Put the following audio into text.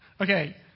Okay